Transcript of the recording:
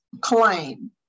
claim